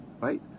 right